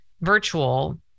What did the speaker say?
virtual